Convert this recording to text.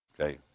Okay